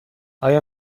آیا